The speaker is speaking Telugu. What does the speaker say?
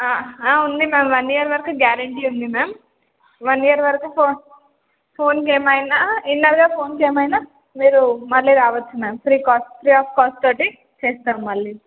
ఉంది మ్యామ్ వన్ ఇయర్ వరకు గ్యారెంటీ ఉంది మ్యామ్ వన్ ఇయర్ వరకు ఫోన్ ఫోన్కి ఏమైనా ఇన్నర్గా ఫోన్కి ఏమైనా మీరు మళ్ళీ రావచ్చు ma'am free cost free of cost తోటి చేస్తాం మళ్ళీ